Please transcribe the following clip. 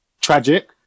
tragic